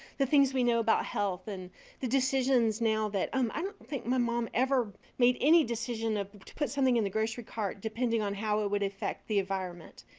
the things we know about health and the decisions now that um i don't think my mom ever made any decision of to put something in the grocery cart depending on how it would affect the environment.